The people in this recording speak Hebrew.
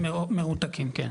מרותקים, כן.